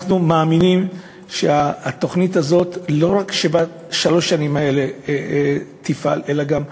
אנחנו מאמינים שהתוכנית הזאת תפעל לא רק בשלוש השנים האלה אלא גם בהמשך.